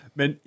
men